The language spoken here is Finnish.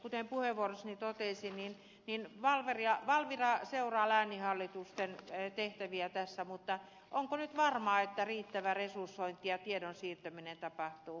kuten puheenvuorossani totesin valvira seuraa lääninhallitusten tehtäviä tässä mutta onko nyt varmaa että riittävä resursointi ja tiedon siirtäminen tapahtuu